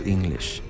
English